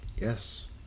Yes